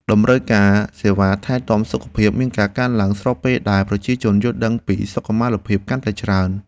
តម្រូវការសេវាថែទាំសុខភាពមានការកើនឡើងស្របពេលដែលប្រជាជនយល់ដឹងពីសុខុមាលភាពកាន់តែច្រើន។